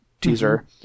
teaser